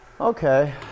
Okay